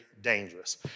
dangerous